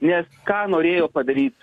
nes ką norėjo padaryt